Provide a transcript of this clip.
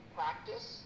practice